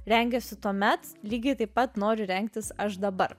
rengiuosi tuomet lygiai taip pat nori rengtis aš dabar